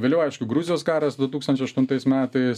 vėliau aišku gruzijos karas du tūkstančiai aštuntais metais